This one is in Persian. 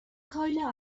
کایلا